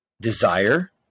Desire